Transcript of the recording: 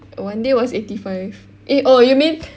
one day was eighty five eh oh you mean